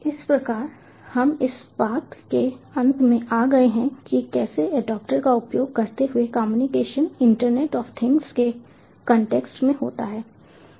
इस प्रकार हम इस बात के अंत में आ गए हैं कि कैसे एडेप्टर का उपयोग करते हुए कम्युनिकेशन इंटरनेट ऑफ थिंग्स के कॉन्टेक्स्ट में होता है